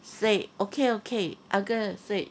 say okay okay uncle said